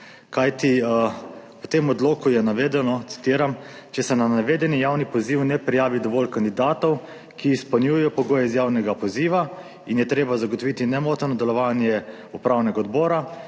Kajti v tem odloku je navedeno, citiram: »Če se na navedeni javni poziv ne prijavi dovolj kandidatov, ki izpolnjujejo pogoje iz javnega poziva in je treba zagotoviti nemoteno delovanje upravnega odbora,